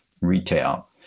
retail